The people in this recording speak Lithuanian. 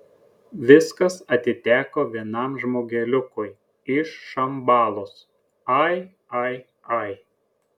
viskas atiteko vienam žmogeliukui iš šambalos ai ai ai